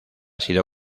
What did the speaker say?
sido